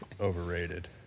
overrated